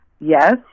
Yes